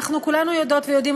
אנחנו כולנו יודעות ויודעים,